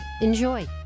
Enjoy